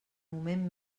moment